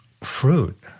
fruit